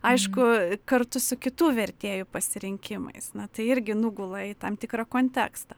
aišku kartu su kitų vertėjų pasirinkimais na tai irgi nugula į tam tikrą kontekstą